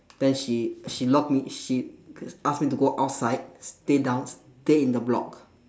then she she lock me she ask me to go outside stay down stay in the block